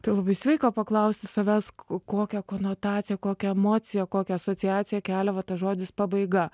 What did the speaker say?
tai labai sveika paklausti savęs kokią konotaciją kokią emociją kokią asociaciją kelia va tas žodis pabaiga